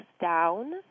down